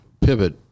pivot